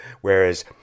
whereas